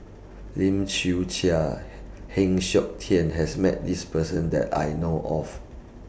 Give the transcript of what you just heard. Lim Chwee Chian Heng Siok Tian has Met This Person that I know of